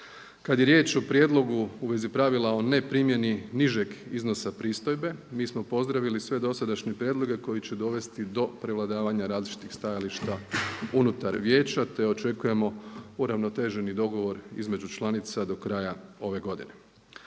Kad je riječ o prijedlogu u vezi pravila o neprimjeni nižeg iznosa pristojbe mi smo pozdravili sve dosadašnje prijedloge koji će dovesti do prevladavanja različitih stajališta unutar Vijeća, te očekujemo uravnoteženi dogovor između članica do kraja ove godine.